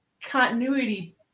continuity